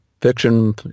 fiction